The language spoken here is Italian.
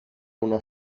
una